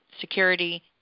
security